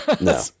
No